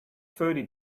thirty